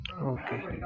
Okay